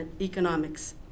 economics